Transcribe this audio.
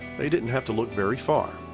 they didn't have to look very far.